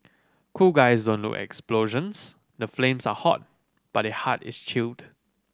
cool guys don't look explosions the flames are hot but their heart is chilled